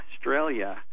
Australia